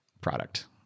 product